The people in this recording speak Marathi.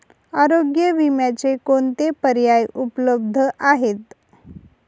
आरोग्य विम्याचे कोणते पर्याय उपलब्ध आहेत?